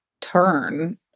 turn